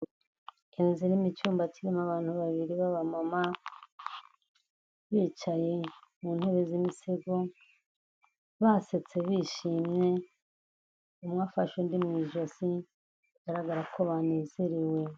Inzu irimo icyumba kirimo abantu babiri b'abamama, bicaye mu ntebe z'imisego, basetse bishimye, umwe afashe undi mu ijosi bigaragara ko banezerewe.